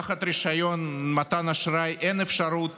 תחת רישיון מתן אשראי אין אפשרות